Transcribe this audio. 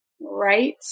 right